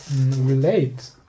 relate